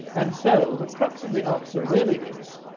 and so the crux of the answer really is,